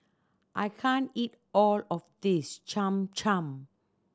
I can't eat all of this Cham Cham